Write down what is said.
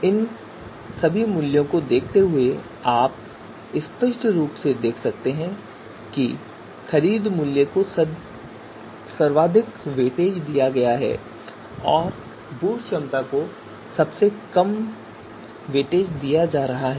इन मूल्यों को देखते हुए आप स्पष्ट रूप से देख सकते हैं कि खरीद मूल्य को अधिक वेटेज दिया जा रहा है और बूट क्षमता को सबसे कम वेटेज दिया जा रहा है